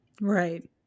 Right